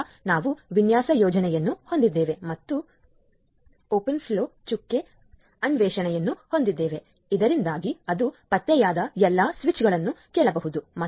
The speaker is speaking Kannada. ನಂತರ ನಾವು ವಿನ್ಯಾಸ ಯೋಜನೆಯನ್ನು ಹೊಂದಿದ್ದೇವೆ ಮತ್ತು ಓಪನ್ ಫ್ಲೋ ಚುಕ್ಕೆ ಅನ್ವೇಷಣೆಯನ್ನು ಹೊಂದಿದ್ದೇವೆ ಇದರಿಂದಾಗಿ ಅದು ಪತ್ತೆಯಾದ ಎಲ್ಲ ಸ್ವಿಚ್ಗಳನ್ನು ಕೇಳಬಹುದು